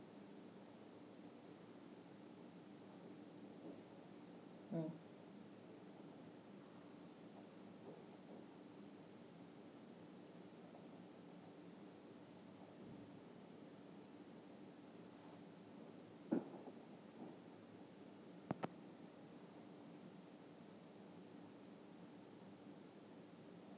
mm